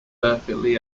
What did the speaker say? perfectly